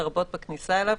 לרבות בכניסה אליו,